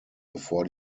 bevor